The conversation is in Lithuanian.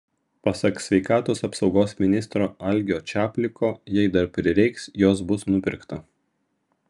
pasak sveikatos apsaugos ministro algio čapliko jei dar prireiks jos bus nupirkta